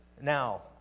now